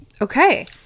Okay